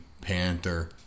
panther